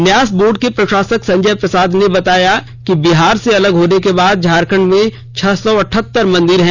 न्यास बोर्ड के प्रशासक संजय प्रसाद ने बताया कि बिहार से अलग होने के बाद झारखंड में छह सौ अठहतर मंदिर हैं